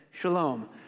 shalom